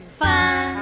fun